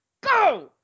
go